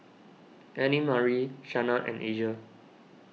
Annemarie Shana and Asia